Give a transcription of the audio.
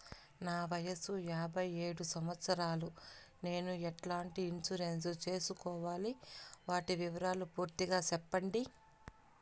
నా వయస్సు యాభై ఏడు సంవత్సరాలు నేను ఎట్లాంటి ఇన్సూరెన్సు సేసుకోవాలి? వాటి వివరాలు పూర్తి గా సెప్పండి?